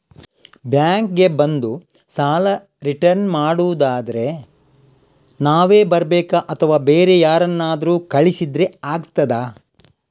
Bank ಗೆ ಬಂದು ಸಾಲ ರಿಟರ್ನ್ ಮಾಡುದಾದ್ರೆ ನಾವೇ ಬರ್ಬೇಕಾ ಅಥವಾ ಬೇರೆ ಯಾರನ್ನಾದ್ರೂ ಕಳಿಸಿದ್ರೆ ಆಗ್ತದಾ?